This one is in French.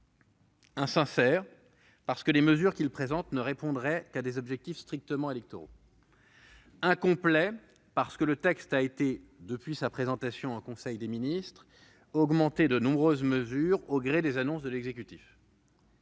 Insincère, parce que les mesures qu'il contient ne répondraient qu'à des objectifs strictement électoraux. Incomplet, parce que le texte a été, depuis sa présentation en conseil des ministres, augmenté de nombreuses mesures, au gré des annonces de l'exécutif.